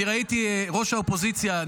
ראש האופוזיציה,